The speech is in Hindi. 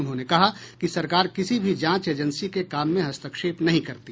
उन्होंने कहा कि सरकार किसी भी जांच एजेंसी के काम में हस्तक्षेप नहीं करती